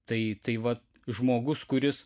tai tai va žmogus kuris